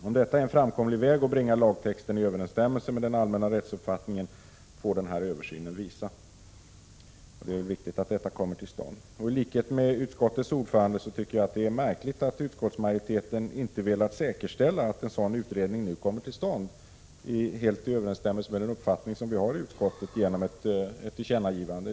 Om detta är en framkomlig väg och bringar lagtexten i överensstämmelse med den allmänna rättsuppfattningen, får översynen visa. Det är viktigt att det görs en utredning om detta, och i likhet med utskottets ordförande tycker jag att det är märkligt att utskottsmajoriteten inte velat säkerställa att en sådan nu kommer till stånd, helt i överensstämmelse med den uppfattning som vi har i utskottet, genom ett tillkännagivande.